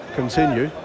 continue